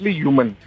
human